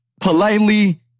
politely